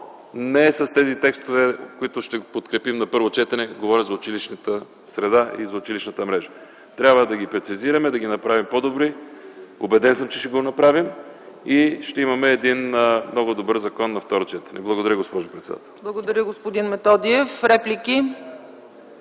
не с тези текстове, които ще подкрепим на първо четене – говоря за училищната среда и за училищната мрежа. Трябва да прецизираме текстовете, да ги направим по-добри. Убеден съм, че ще го направим и ще имаме един много добър закон на второ четене. Благодаря, госпожо председател. ПРЕДСЕДАТЕЛ ЦЕЦКА ЦАЧЕВА: Благодаря, господин Методиев. Има ли